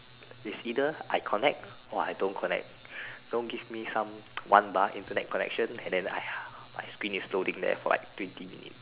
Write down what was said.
it's either I connect or I don't connect don't give me some one bar Internet connection and then ah ya my spin is holding there for like twenty minutes